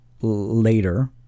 later